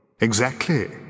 Exactly